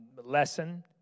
lesson